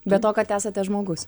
be to kad esate žmogus